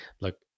look